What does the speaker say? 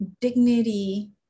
dignity